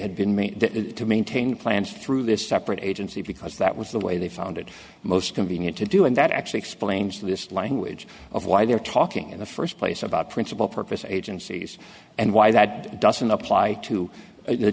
had been made to maintain plans through this separate agency because that was the way they found it most convenient to do and that actually explains this language of why they're talking in the first place about principal purpose agencies and why that doesn't apply to the